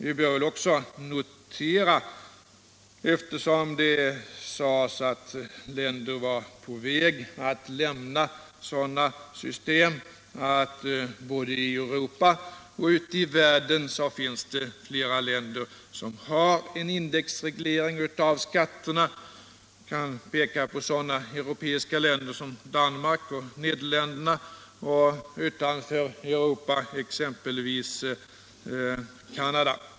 Vi bör också notera, eftersom det sades att vissa länder var på väg att lämna sådana system, att både i Europa och ute i världen finns det flera länder som har indexreglering av skatterna. Jag kan peka på sådana europeiska länder som Danmark och Nederländerna, och utanför Europa exempelvis Canada.